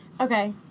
Okay